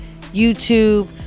YouTube